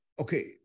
Okay